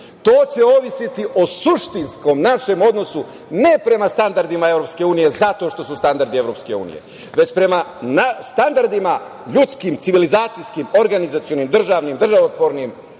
To će zavisiti od suštinskog našeg odnosa, ne prema standardima EU zato što su standardi EU, već prema standardima ljudskim, civilizacijskim, organizacionim, državnim, državotvornim